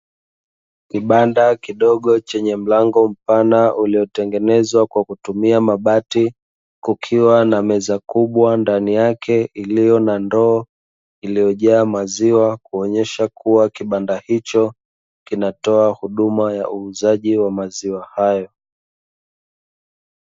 Kibanda kidogo chenye mlango mpana, uliotengenezwa kwa kutumia mabati, kukiwa na meza kubwa ndani yake iliyo na ndoo iliyojaa maziwa, kuonyesha kuwa kibanda hicho kinatoa huduma ya uuzaji wa maziwa hayo.